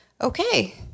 Okay